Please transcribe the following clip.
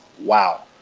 wow